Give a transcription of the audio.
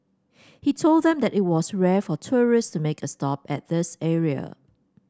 he told them that it was rare for tourists to make a stop at this area